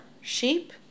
sheep